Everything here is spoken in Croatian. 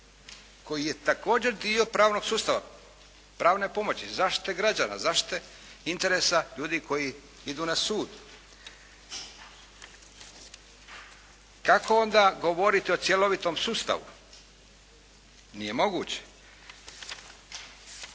koji je također dio pravnog sustava. Pravne pomoći, zaštite građana, zaštite interesa ljudi koji idu na sud. Kako onda govoriti o cjelovitom sustavu? Nije moguće.